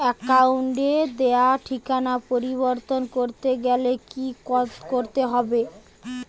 অ্যাকাউন্টে দেওয়া ঠিকানা পরিবর্তন করতে গেলে কি করতে হবে?